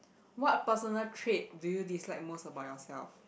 what personal trait do you dislike most about yourself